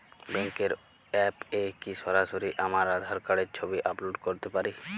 ব্যাংকের অ্যাপ এ কি সরাসরি আমার আঁধার কার্ডের ছবি আপলোড করতে পারি?